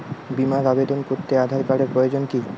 বিমার আবেদন করতে আধার কার্ডের প্রয়োজন কি?